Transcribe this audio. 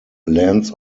lands